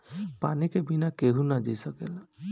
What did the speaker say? पानी के बिना केहू ना जी सकेला